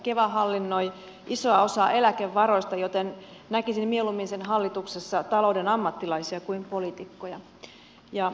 keva hallinnoi isoa osaa eläkevaroista joten näkisin mieluummin sen hallituksessa talouden ammattilaisia kuin poliitikkoja